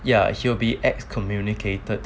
ya he'll be excommunicated